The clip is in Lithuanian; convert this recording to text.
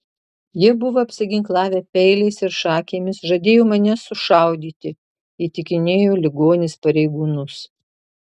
jie buvo apsiginklavę peiliais ir šakėmis žadėjo mane sušaudyti įtikinėjo ligonis pareigūnus